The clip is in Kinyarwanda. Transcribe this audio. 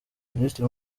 minisitiri